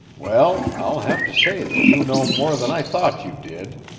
well, i'll have to say that you know more than i thought you did.